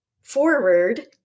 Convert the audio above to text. forward